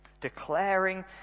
declaring